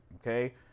Okay